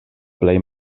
plej